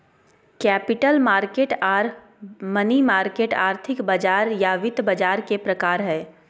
capital market आर money market आर्थिक बाजार या वित्त बाजार के प्रकार हय